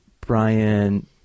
Brian